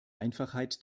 einfachheit